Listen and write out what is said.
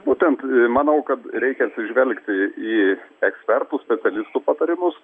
būtent manau kad reikia atsižvelgti į ekspertų specialistų patarimus